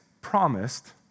promised